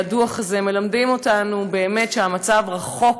והדוח הזה, מלמדים אותנו באמת שהמצב רחוק